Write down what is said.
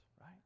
right